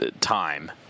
time